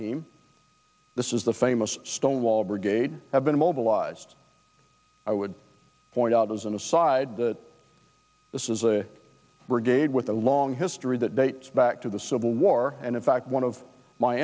team this is the famous stonewall brigade have been mobilized i would point out as an aside the this is a brigade with a long history that dates back to the civil war and in fact one of my